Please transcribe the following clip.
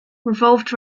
revolved